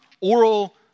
oral